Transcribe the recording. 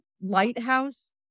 lighthouse